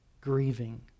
grieving